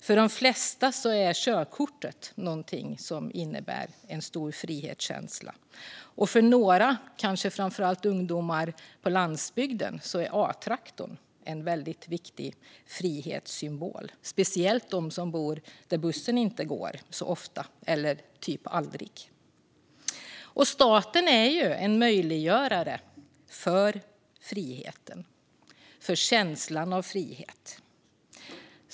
För de flesta är körkortet någonting som innebär en stor frihetskänsla. Och för några, kanske framför allt ungdomar på landsbygden, är A-traktorn en väldigt viktig frihetssymbol, speciellt för dem som bor där bussen inte går så ofta eller typ aldrig. Staten är en möjliggörare för friheten och känslan av frihet.